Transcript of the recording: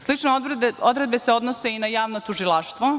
Slične odredbe se odnose i na javno tužilaštvo.